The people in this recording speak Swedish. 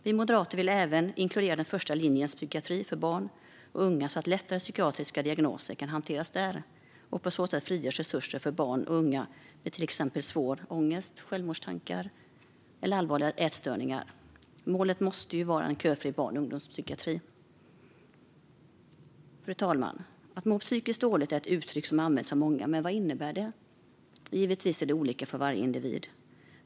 Vi moderater vill även inkludera den första linjens psykiatri för barn och unga så att lättare psykiatriska diagnoser kan hanteras där. På så sätt frigörs resurser för barn och unga med till exempel svår ångest, självmordstankar eller allvarliga ätstörningar. Målet måste vara en köfri barn och ungdomspsykiatri. Fru talman! Att må psykiskt dåligt är ett uttryck som används av många, men vad innebär det? Givetvis är det olika för varje individ.